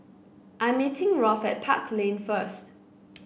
I'm meeting Rolf at Park Lane first